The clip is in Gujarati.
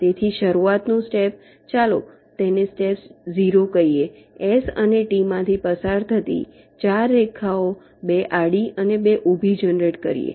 તેથી શરૂઆતનું સ્ટેપ ચાલો તેને સ્ટેપ 0 કહીએ S અને Tમાંથી પસાર થતી 4 રેખાઓ 2 આડી અને 2 ઊભી જનરેટ કરીએ